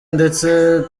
ndetse